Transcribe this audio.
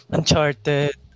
Uncharted